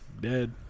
Dead